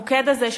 המוקד הזה,